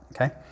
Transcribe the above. Okay